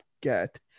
get